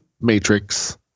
matrix